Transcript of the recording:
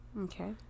okay